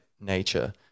nature